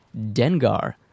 Dengar